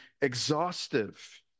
exhaustive